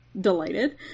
delighted